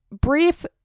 brief